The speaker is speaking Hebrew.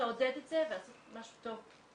לעודד את זה ולעשות משהו טוב.